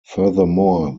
furthermore